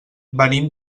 venim